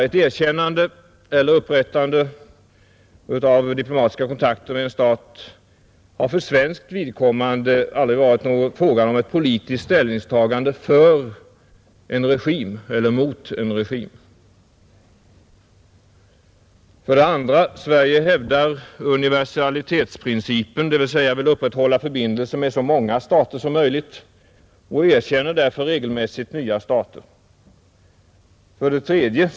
Ett erkännande av eller upprättande av diplomatiska kontakter med en stat har för svenskt vidkommande aldrig varit en fråga om ett politiskt ställningstagande för en regim eller mot en regim, 2. Sverige hävdar universalitetsprincipen, dvs. vill upprätthålla för bindelser med så många stater som möjligt, och erkänner därför regelmässigt nya stater, 3.